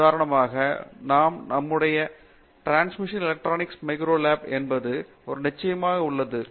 உதாரணமாக நாம் நடைமுறை டிரான்ஸ்மிஷன் எலக்ட்ரான் மைக்ரோஸ்கோபி என்பது ஒரு நிச்சயமாக உள்ளது